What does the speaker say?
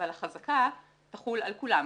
אבל החזקה תחול על כולם,